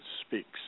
Speaks